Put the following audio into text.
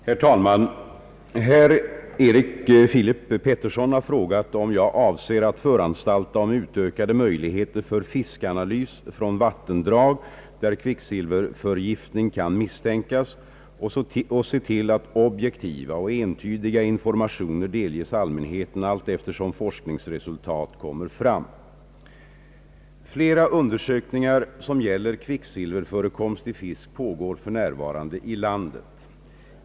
Herr talman! Herr Erik Filip Petersson har frågat om jag avser att föranstalta om utökade möjligheter för fiskanalys från vattendrag, där kvicksilverförgiftning kan misstänkas, och se till att objektiva och entydiga infor mationer delges allmänheten allteftersom forskningsresultat kommer fram. Flera undersökningar som = gäller kvicksilverförekomst i fisk pågår f.n. i landet.